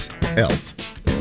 Elf